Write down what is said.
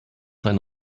sein